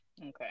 Okay